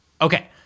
okay